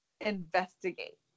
Investigate